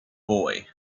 boy